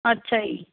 ਅੱਛਾ ਜੀ